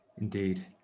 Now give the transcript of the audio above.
Indeed